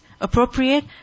appropriate